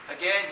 Again